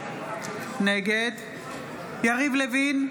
נגד יריב לוין,